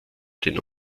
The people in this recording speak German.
den